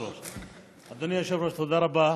אדוני היושב-ראש, תודה רבה.